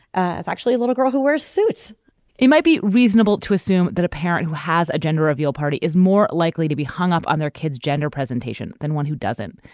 ah it's actually a little girl who wears suits it might be reasonable to assume that a parent who has a gender reveal party is more likely to be hung up on their kid's gender presentation than one who doesn't.